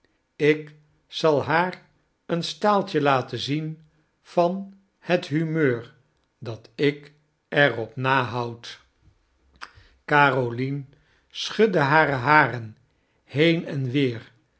ik zal haar een staaltje laten zien van het humeur dat ik er op nahoud carolien schudt hare haren heen en weer